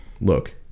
look